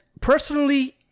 personally